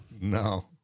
No